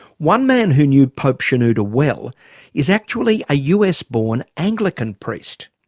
one man who knew pope shenouda well is actually a us born anglican priest.